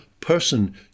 person